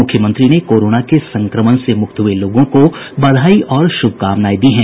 मुख्यमंत्री ने कोरोना के संक्रमण के मुक्त हुये लोगों को बधाई और शुभकामनाएं दी हैं